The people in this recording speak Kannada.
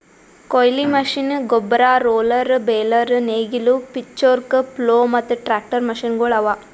ಕೊಯ್ಲಿ ಮಷೀನ್, ಗೊಬ್ಬರ, ರೋಲರ್, ಬೇಲರ್, ನೇಗಿಲು, ಪಿಚ್ಫೋರ್ಕ್, ಪ್ಲೊ ಮತ್ತ ಟ್ರಾಕ್ಟರ್ ಮಷೀನಗೊಳ್ ಅವಾ